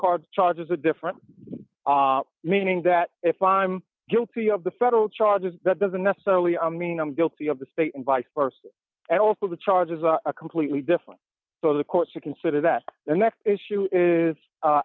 card charges a different meaning that if i'm guilty of the federal charges that doesn't necessarily mean i'm guilty of the state and vice versa and also the charge is a completely different so the court to consider that the next issue is